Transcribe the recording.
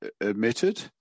admitted